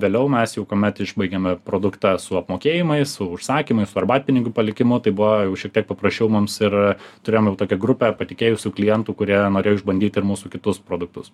vėliau mes jau kuomet išbaigiame produktą su apmokėjimais užsakymais arbatpinigių palikimu tai buvo jau šiek tiek paprasčiau mums ir turėjom jau tokią grupę patikėjusių klientų kurie norėjo išbandyti ir mūsų kitus produktus